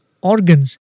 organs